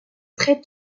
très